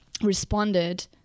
responded